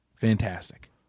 Fantastic